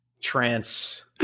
trance